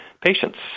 patients